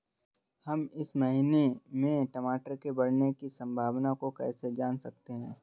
हम इस महीने में टमाटर के बढ़ने की संभावना को कैसे जान सकते हैं?